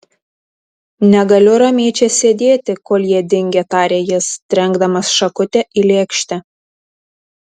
negaliu ramiai čia sėdėti kol jie dingę tarė jis trenkdamas šakutę į lėkštę